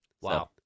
Wow